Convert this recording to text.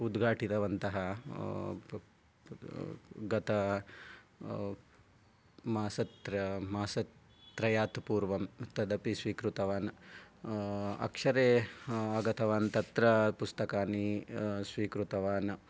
उद्घटितवन्तः गत मासत्रय मासत्रयात् पुर्वम् तदपि स्वीकृतवान् अक्षरे आगतवान् तत्र पुस्तकानि स्वीकृतवान्